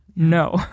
No